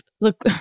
Look